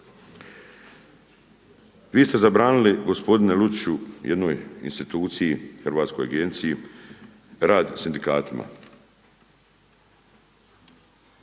Vi ste zabranili gospodine Lučiću jednoj instituciji, hrvatskoj agenciji rad sindikatima.